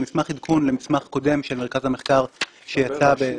זה מסמך עדכון למסמך קודם של מרכז המחקר שיצא במרץ 2017,